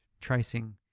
tracing